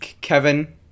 Kevin